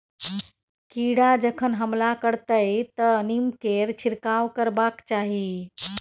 कीड़ा जखन हमला करतै तँ नीमकेर छिड़काव करबाक चाही